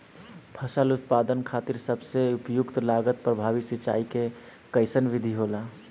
फसल उत्पादन खातिर सबसे उपयुक्त लागत प्रभावी सिंचाई के कइसन विधि होला?